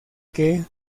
que